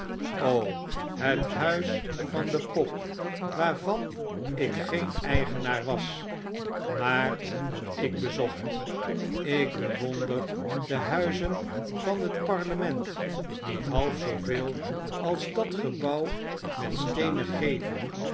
het huis van de pop i waarvan ik geen eigenaar was maar dat ik bezocht ik bewonder de huizen van het parlement niet half zooveel als dat gebouw met steenen gevel